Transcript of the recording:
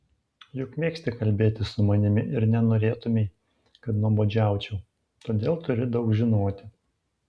juk mėgsti kalbėti su manimi ir nenorėtumei kad nuobodžiaučiau todėl turi daug žinoti